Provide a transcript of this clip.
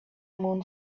moon